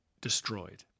destroyed